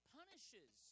punishes